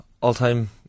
all-time